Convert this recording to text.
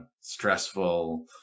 stressful